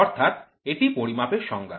অর্থাৎ এটি পরিমাপের সংজ্ঞা